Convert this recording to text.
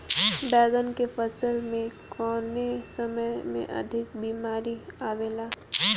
बैगन के फसल में कवने समय में अधिक बीमारी आवेला?